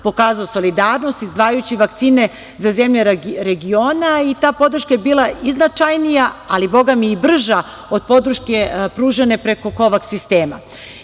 pokazao solidarnost izdvajajući vakcine za zemlje regiona i ta podrška je bila i značajnija ali, Boga mi, i brža od podrške pružane preko Kovaks sistema. Da